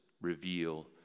reveal